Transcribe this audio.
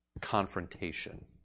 confrontation